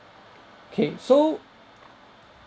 K so